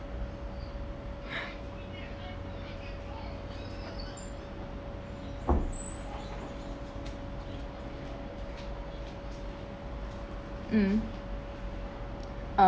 um